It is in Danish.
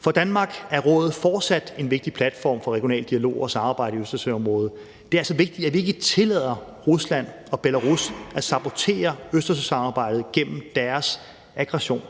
For Danmark er rådet fortsat en vigtig platform for regional dialog og samarbejde i Østersøområdet. Det er altså vigtigt, at vi ikke tillader Rusland og Belarus at sabotere Østersøsamarbejdet gennem deres aggression.